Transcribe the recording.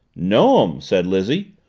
no'm, said lizzie,